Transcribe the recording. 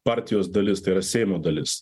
partijos dalis tai yra seimo dalis